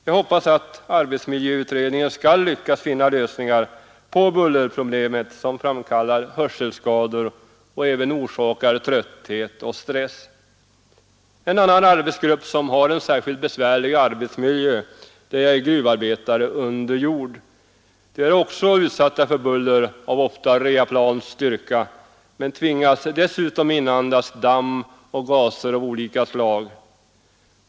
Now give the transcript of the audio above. Jag hoppas att arbetsmiljöutredningen skall lyckas finna lösningar på bullerproblemet, så att hörselskador och även trötthet och stress kan minskas. En annan arbetsgrupp som har en särskilt besvärlig arbetsmiljö är gruvarbetare under jord. De är också utsatta för buller av ofta jetplanbullrets styrka men tvingas dessutom inandas damm och gaser av olika slag.